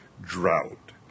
drought